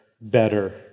better